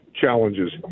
challenges